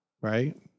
right